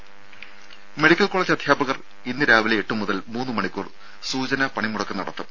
രംഭ medical college അധ്യാപകർ ഇന്ന് രാവിലെ എട്ട് മുതൽ മൂന്ന് മണിക്കൂർ സൂചനാ പണിമുടക്ക് നടത്തും